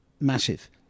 Massive